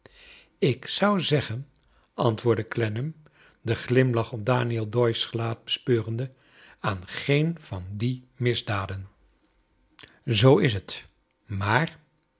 ik zou zeggen antwoordde clennam den glimlach op daniel doyce's gelaat bespe arcade aan geen van die misdadcn zoo is het maar